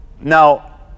now